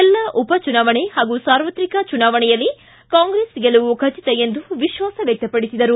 ಎಲ್ಲ ಉಪಚುನಾವಚಣೆ ಹಾಗೂ ಸಾರ್ವತ್ರಿಕ ಚುನಾವಣೆಯಲ್ಲಿ ಕಾಂಗ್ರೆಸ್ ಗೆಲುವು ಖಚಿತ ಎಂದು ವಿಶ್ವಾಸ ವ್ಯಕ್ತಪಡಿಸಿದರು